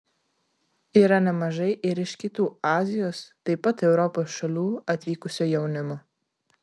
yra nemažai ir iš kitų azijos taip pat europos šalių atvykusio jaunimo